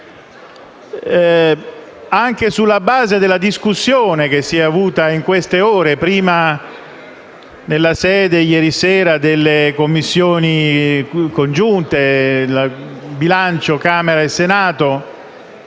anche sulla base della discussione che si è avuta in queste ore, prima nella sede, ieri sera, delle Commissioni bilancio congiunte,